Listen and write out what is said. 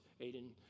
Aiden